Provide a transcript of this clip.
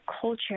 culture